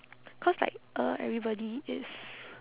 cause like uh everybody is